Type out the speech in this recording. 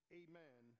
amen